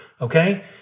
okay